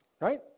right